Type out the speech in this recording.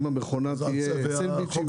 אם המכונה תהיה לסנדוויצ'ים ותרופות.